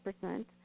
percent